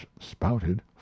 spouted